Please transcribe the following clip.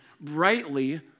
brightly